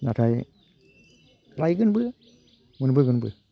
नाथाय लायगोनबो मोनबोगोनबो